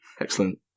Excellent